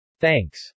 Thanks